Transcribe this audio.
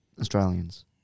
Australians